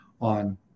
on